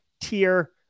tier